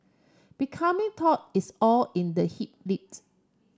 becoming taut is all in the hip lift